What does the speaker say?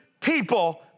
people